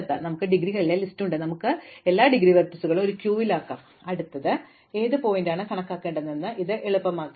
ഇപ്പോൾ നമുക്ക് ഡിഗ്രികളിലെ ലിസ്റ്റ് ഉണ്ട് അതിനാൽ നമുക്ക് എല്ലാ ഡിഗ്രി വെർട്ടീസുകളും ഒരു ക്യൂവിലാക്കാം അടുത്തത് ഏത് ശീർഷകമാണ് കണക്കാക്കേണ്ടതെന്ന് ഇത് എളുപ്പമാക്കുന്നു